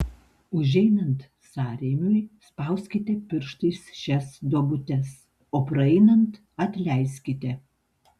užeinant sąrėmiui spauskite pirštais šias duobutes o praeinant atleiskite